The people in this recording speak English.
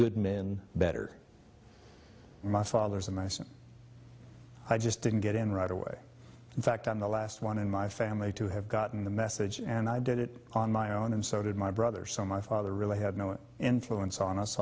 good men better my father's advice and i just didn't get in right away in fact on the last one in my family to have gotten the message and i did it on my own and so did my brother so my father really had no influence on us